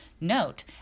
Note